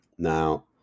Now